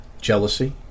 Jealousy